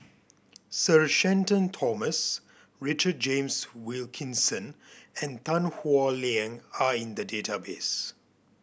Sir Shenton Thomas Richard James Wilkinson and Tan Howe Liang are in the database